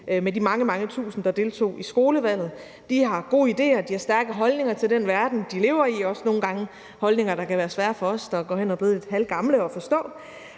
med de mange, mange tusind, der deltog i skolevalget. De har gode idéer, og de har stærke holdninger til den verden, de lever i, også nogle gange holdninger, der kan være svære for os, der er gået hen og blevet lidt halvgamle, at forstå.